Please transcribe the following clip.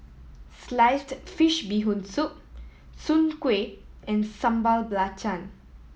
sliced fish Bee Hoon Soup soon kway and Sambal Belacan